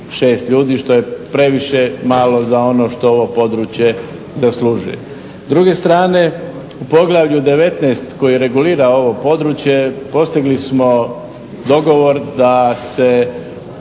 6 ljudi što je previše malo za ono što ovo područje zaslužuje. S druge strane, u poglavlju 19. koje regulira ovo područje postigli smo dogovor da se